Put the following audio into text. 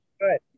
good